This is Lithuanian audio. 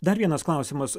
dar vienas klausimas